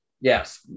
Yes